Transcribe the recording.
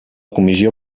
comissió